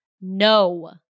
no